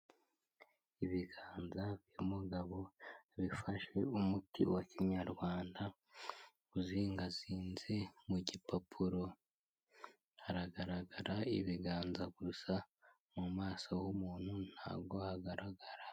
Ibiganza by'umugabo bifashe umuti wa kinyarwanda, uzingazinze mu gipapuro, hagaragara ibiganza gusa, mu maso h'umuntu ntago hagaragara.